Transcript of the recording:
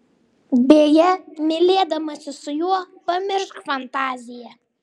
beje mylėdamasi su juo pamiršk fantaziją